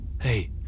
Hey